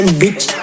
bitch